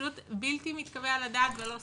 פשוט בלתי מתקבל על הדעת ולא סביר.